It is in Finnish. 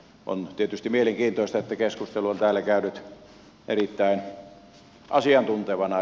on tietysti mielenkiintoista että keskustelu on täällä käynyt erittäin asiantuntevana